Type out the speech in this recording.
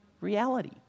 reality